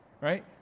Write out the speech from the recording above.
right